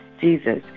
jesus